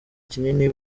kinini